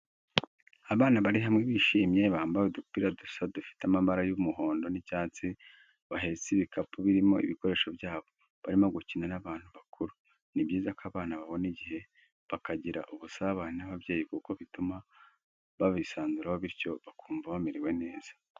Abana bari hamwe bishimye, bambaye udupira dusa dufite amabara y'umuhondo n'icyatsi bahetse ibikapu birimo ibikoresho byabo, barimo gukina n'abantu bakuru. Ni byiza ko abana babona igihe bakagira ubusabane n'ababyeyi kuko bituma babisanzuraho bityo bakumva bamerewe neza.